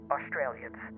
Australians